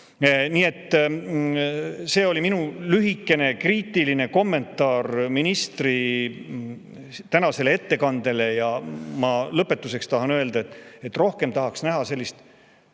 on. See oli minu lühikene kriitiline kommentaar ministri tänase ettekande kohta. Lõpetuseks tahan öelda, et rohkem tahaks näha reaalse